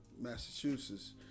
Massachusetts